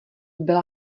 byla